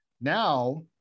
Now